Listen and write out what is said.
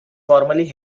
formally